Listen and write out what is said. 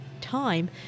time